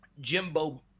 Jimbo